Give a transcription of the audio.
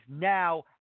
now